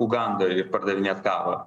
ugandoj ir pardavinėt kavą